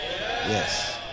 Yes